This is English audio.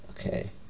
okay